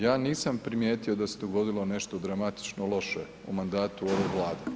Ja nisam primijetio da se dogodilo nešto dramatično loše u mandatu ove Vlade.